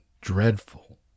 dreadful